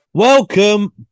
Welcome